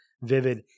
vivid